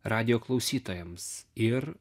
radijo klausytojams ir